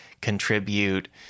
contribute